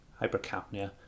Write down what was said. hypercapnia